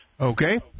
Okay